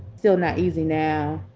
still not easy now.